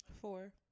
four